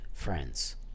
friends